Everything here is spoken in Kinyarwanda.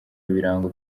ibirango